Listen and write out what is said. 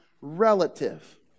relative